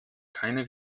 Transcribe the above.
keine